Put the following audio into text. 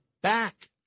back